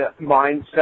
mindset